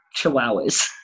chihuahuas